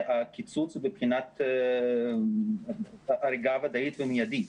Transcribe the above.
שהקיצוץ מבחינת הריגה וודאית ומיידי.